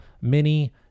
mini